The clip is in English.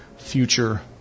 Future